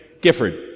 gifford